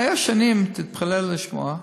היו שנים, תתפלא לשמוע,